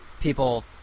people